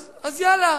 אז יאללה,